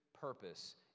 purpose